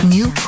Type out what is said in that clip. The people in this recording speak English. New